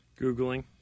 Googling